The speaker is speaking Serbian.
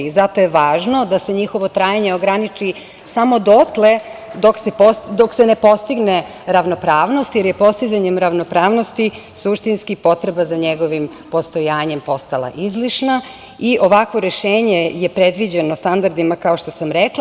Zato je važno da se njihovo trajanje ograniči samo dotle dok se ne postigne ravnopravnost jer je postizanjem ravnopravnosti suštinski potreba za njegovim postojanjem postala izlišna i ovakvo rešenje je predviđeno standardima, kao što sam rekla.